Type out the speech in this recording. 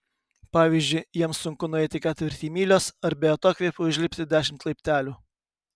pavyzdžiui jiems sunku nueiti ketvirtį mylios ar be atokvėpio užlipti dešimt laiptelių